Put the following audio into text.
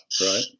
Right